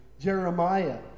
Jeremiah